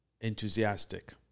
enthusiastic